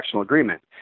agreement